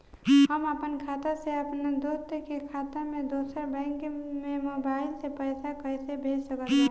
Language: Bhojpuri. हम आपन खाता से अपना दोस्त के खाता मे दोसर बैंक मे मोबाइल से पैसा कैसे भेज सकत बानी?